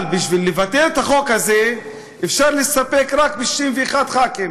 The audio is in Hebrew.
אבל בשביל לבטל את החוק הזה אפשר להסתפק ב-61 ח"כים.